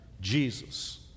Jesus